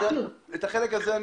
אני מבין את זה.